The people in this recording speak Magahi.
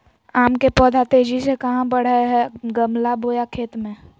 आम के पौधा तेजी से कहा बढ़य हैय गमला बोया खेत मे?